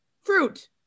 fruit